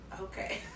Okay